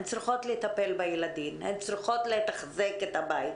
הן צריכות לטפל בילדים, הן צריכות לתחזק את הבית.